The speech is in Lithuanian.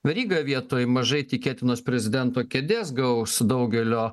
veryga vietoj mažai tikėtinos prezidento kėdės gaus daugelio